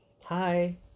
Hi